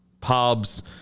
pubs